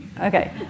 Okay